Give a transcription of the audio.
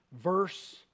verse